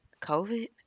COVID